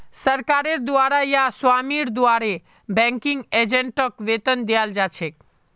सरकारेर द्वारे या स्वामीर द्वारे बैंकिंग एजेंटक वेतन दियाल जा छेक